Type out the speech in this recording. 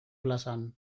plazan